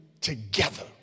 together